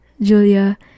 Julia